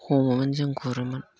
हमोमोन जों गुरोमोन